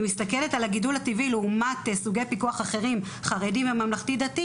מסתכלת על הגידול הטבעי לעומת סוגי פיקוח אחרים חרדים וממלכתי-דתי